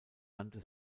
nannte